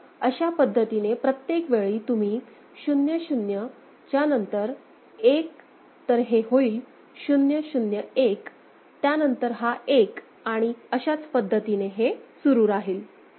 तर अशा पद्धतीने प्रत्येक वेळी तुम्ही 0 0 त्याच्यानंतर 1 तर हे होईल 001 त्यानंतर हा एक आणि अशाच पद्धतीने हे सुरू राहील